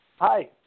Hi